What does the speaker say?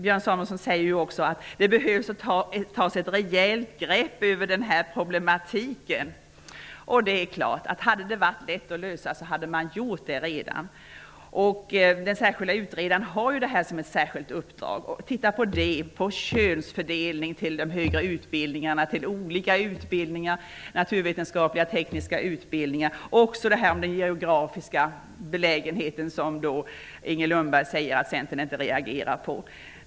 Björn Samuelsson säger också att det behöver tas ett rejält grepp över den här problematiken. Om det hade varit lätt att lösa, så är det klart att man redan hade gjort det. Den särskilda utredaren har som ett särskilt uppdrag att se över detta, könsfördelningen till olika högre utbildningar, naturvetenskapliga och tekniska utbildningar och frågan om den geografiska belägenheten, vilken Inger Lundberg säger att Centern inte reagerar på.